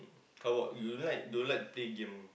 how about you you like don't like play game